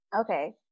Okay